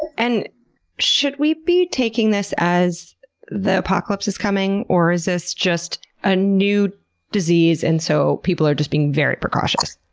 and should we be taking this as the apocalypse is coming or is this just a new disease and so people are just being very precautious?